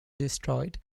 destroyed